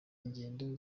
ingendo